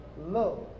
love